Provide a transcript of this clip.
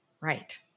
Right